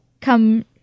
come